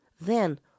Then